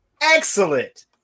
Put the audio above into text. excellent